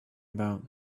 about